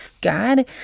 God